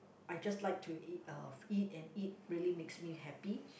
I just like to eat uh eat and eat really makes me happy